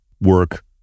work